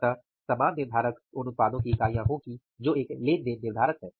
अतः समान निर्धारक उन उत्पादों की इकाइयों होगी जो एक लेनदेन निर्धारक है